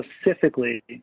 specifically